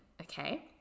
Okay